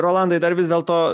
rolandai dar vis dėlto